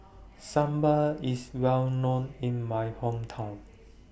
Sambal IS Well known in My Hometown